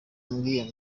ambwiye